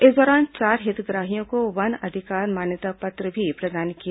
इस दौरान चार हितग्राहियों को वन अधिकार मान्यता पत्र भी प्रदान किए